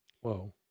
Whoa